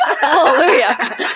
Hallelujah